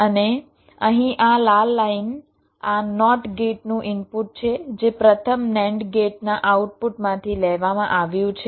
અને અહીં આ લાલ લાઇન આ NOT ગેટનું ઇનપુટ છે જે આ પ્રથમ NAND ગેટના આઉટપુટમાંથી લેવામાં આવ્યું છે